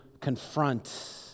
confront